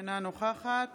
אינה נוכחת